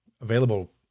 available